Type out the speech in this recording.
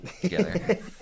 together